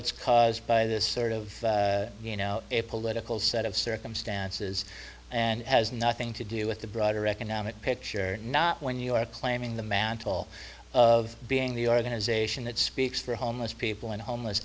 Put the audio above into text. it's caused by this sort of you know a political set of circumstances and has nothing to do with the broader economic picture or not when you are claiming the mantle of being the organization that speaks for homeless people and homeless